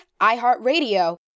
iHeartRadio